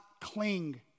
cling